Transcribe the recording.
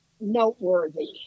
noteworthy